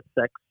sex